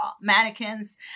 mannequins